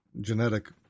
genetic